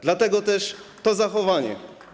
Dlatego też to zachowanie.